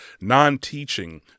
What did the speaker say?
non-teaching